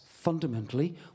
fundamentally